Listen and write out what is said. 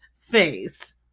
face